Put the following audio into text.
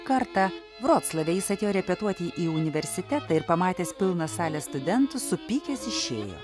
kartą vroclavejis atėjo repetuoti į universitetą ir pamatęs pilną salę studentų supykęs išėjo